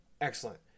excellent